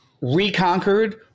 reconquered